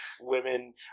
women